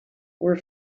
were